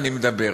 אני מדבר.